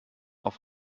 auf